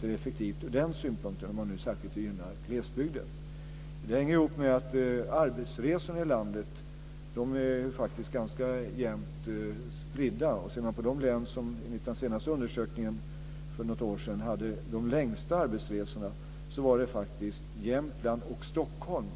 Från den synpunkten är det alltså inte effektivt om man nu särskilt vill gynna glesbygden. Detta hänger ihop med att det beträffande arbetsresorna på olika håll i landet faktiskt är en ganska jämn spridning. Sett till de län där man enligt den senaste undersökningen - för något år sedan - hade de längsta arbetsresorna så var det faktiskt i Jämtland och Stockholm